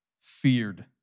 feared